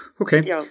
Okay